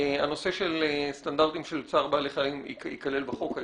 שהנושא של סטנדרטים של צער בעלי חיים ייכלל בחוק.